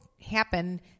happen